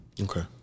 okay